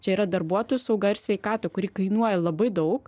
čia yra darbuotojų sauga ir sveikata kuri kainuoja labai daug